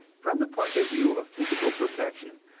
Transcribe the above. from the point of view of physical perfection,